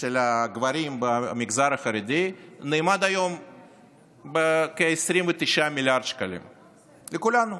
של הגברים במגזר החרדי נאמד היום בכ-29 מיליארד שקלים לכולנו.